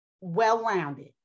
well-rounded